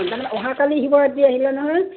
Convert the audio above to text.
মানে অহাকালি শিৱ ৰাত্ৰি আহিলে নহয়